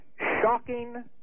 shocking